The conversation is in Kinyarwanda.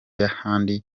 y’ahandi